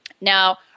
Now